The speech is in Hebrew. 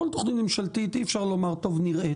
כל תוכנית ממשלתית אי אפשר לומר, טוב נראה.